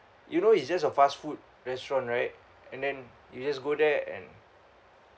you know it's just a fast food restaurant right and then you just go there and